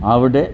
അവിടെ